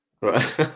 right